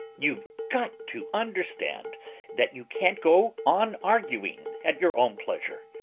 you've got to understand that you can't go on arguing at your own pleasure.